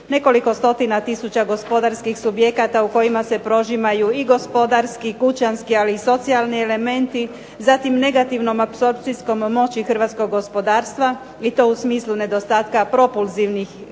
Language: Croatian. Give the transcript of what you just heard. nekoliko stotina tisuća gospodarskih subjekata u kojima se prožimaju i gospodarski, kućanski, ali i socijalni elementi. Zatim negativnom apsorbcijskom moći hrvatskog gospodarstva i to u smislu nedostatka propulzivnih